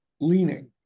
leaning